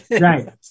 right